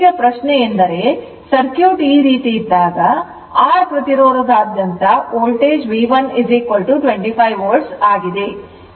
ಈಗ ಪ್ರಶ್ನೆಯೆಂದರೆ ಸರ್ಕ್ಯೂಟ್ ಈ ರೀತಿ ಇದ್ದಾಗ R ಪ್ರತಿರೋಧದಾದ್ಯಂತ ವೋಲ್ಟೇಜ್ V1 25 volt ಆಗಿದೆ